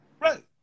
Right